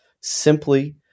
simply